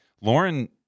Lauren